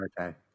Okay